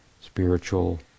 spiritual